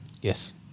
Yes